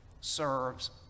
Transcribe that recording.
serves